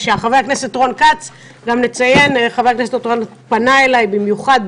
הכנסת רון כץ פנה אליי במיוחד,